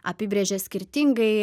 apibrėžia skirtingai